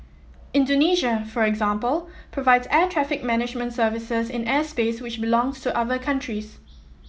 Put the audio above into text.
Indonesia for example provides air traffic management services in airspace which belongs to other countries